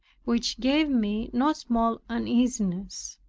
which gave me no small uneasiness.